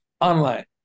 online